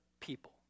people